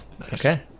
Okay